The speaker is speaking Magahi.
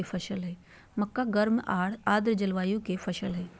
मक्का गर्म आर आर्द जलवायु के फसल हइ